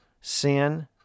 Sin